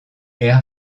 air